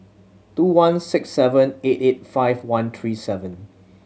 two one six seven eight eight five one three seven